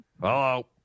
Hello